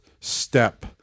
step